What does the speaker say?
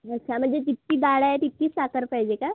अच्छा म्हणजे जितकी डाळ आहे तितकी साखर पाहिजे का